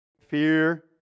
Fear